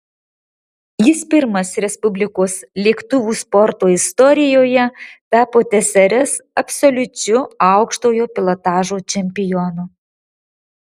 jis pirmas respublikos lėktuvų sporto istorijoje tapo tsrs absoliučiu aukštojo pilotažo čempionu